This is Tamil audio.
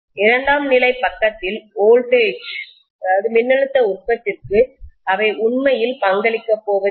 இரண்டாம் நிலை பக்கத்தில் வோல்டேஜ்மின்னழுத்த உற்பத்திக்கு அவை உண்மையில் பங்களிக்கப் போவதில்லை